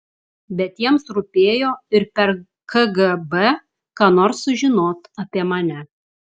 bet jiems rūpėjo ir per kgb ką nors sužinot apie mane